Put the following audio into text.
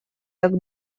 так